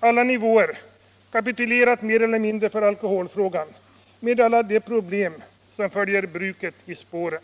på alla nivåer — mer eller mindre kapitulerat för alkoholfrågan, med alla de problem som följer bruket i spåren.